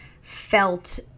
felt